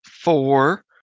Four